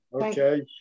okay